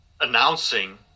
announcing